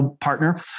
partner